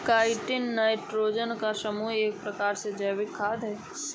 chitin nitrogen के समूह का एक प्रकार का जैविक खाद है